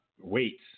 weights